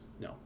no